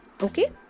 okay